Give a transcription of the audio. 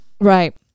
Right